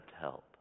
help